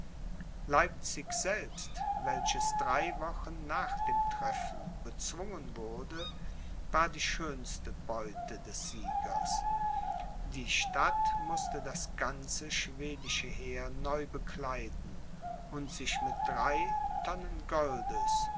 leipzig selbst welches drei wochen nach dem treffen bezwungen wurde war die schönste beute des siegers die stadt mußte das ganze schwedische heer neu bekleiden und sich mit drei tonnen goldes